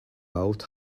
out